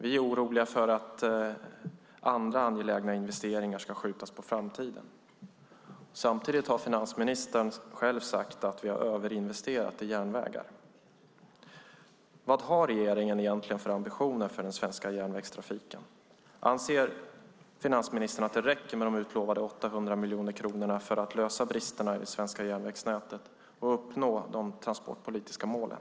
Vi är oroliga för att andra angelägna investeringar ska skjutas på framtiden. Samtidigt har finansministern själv sagt att vi har överinvesterat i järnvägar. Vad har regeringen egentligen för ambitioner för den svenska järnvägstrafiken? Anser finansministern att det räcker med de utlovade 800 miljoner kronorna för att komma till rätta med bristerna i det svenska järnvägsnätet och uppnå de transportpolitiska målen?